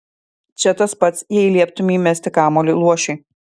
čia tas pat jei lieptumei mesti kamuolį luošiui